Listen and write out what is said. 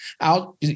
out